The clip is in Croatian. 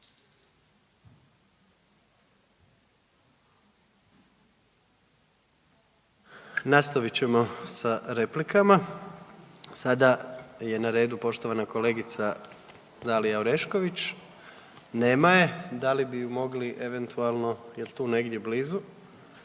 Nastavit ćemo sa replikama. Sada je na redu poštovana kolegica Dalija Orešković. Nema je. Da li bi ju mogli eventualno jel tu negdje blizu?